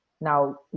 now